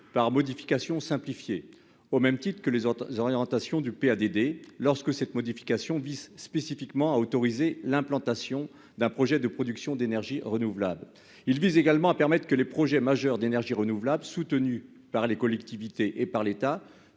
par modification simplifiée, au même titre que les orientations du PADD, lorsque cette modification vise spécifiquement à autoriser l'implantation d'un projet de production d'énergies renouvelables. Cet article vise également à permettre la mutualisation de droit des effets des projets majeurs d'énergies renouvelables soutenus par les collectivités et par l'État